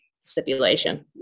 stipulation